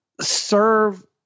serve